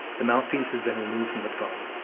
the mouthpiece has been removed from the phone.